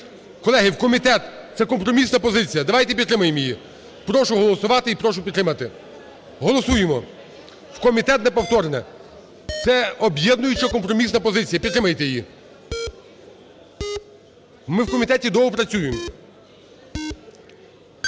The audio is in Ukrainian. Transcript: Колеги, в комітет, це компромісна позиція, давайте підтримаємо її. Прошу голосувати і прошу підтримати, голосуємо в комітет на повторне, це об'єднуюча компромісна позиція. Підтримайте її, ми в комітеті доопрацюємо.